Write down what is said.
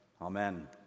Amen